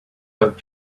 out